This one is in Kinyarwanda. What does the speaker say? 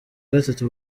gatatu